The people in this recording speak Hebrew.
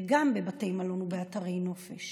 וגם בבתי מלון ובאתרי נופש.